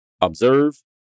observe